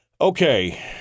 Okay